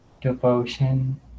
devotion